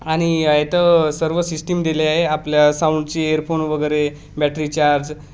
आणि यात सर्व सिस्टीम दिले आहे आपल्या साऊंडचे एअरफोन वगैरे बॅटरी चार्ज